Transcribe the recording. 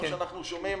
כמו שאנחנו שומעים,